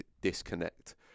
disconnect